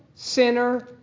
Sinner